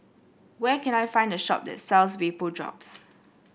where can I find the shop that sells Vapodrops